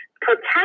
protect